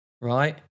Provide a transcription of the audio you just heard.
Right